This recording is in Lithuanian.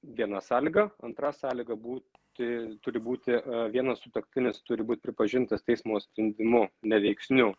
viena sąlyga antra sąlyga būti turi būti vienas sutuoktinis turi būt pripažintas teismo sprendimu neveiksniu